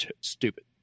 stupid